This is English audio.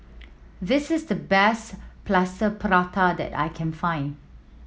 this is the best Plaster Prata that I can find